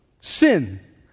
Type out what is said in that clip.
sin